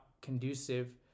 conducive